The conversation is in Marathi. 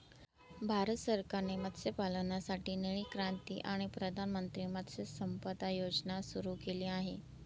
भारत सरकारने मत्स्यपालनासाठी निळी क्रांती आणि प्रधानमंत्री मत्स्य संपदा योजना सुरू केली आहे